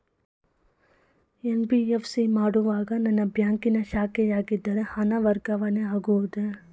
NBFC ಮಾಡುವಾಗ ನನ್ನ ಬ್ಯಾಂಕಿನ ಶಾಖೆಯಾಗಿದ್ದರೆ ಹಣ ವರ್ಗಾವಣೆ ಆಗುವುದೇ?